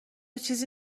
چیزی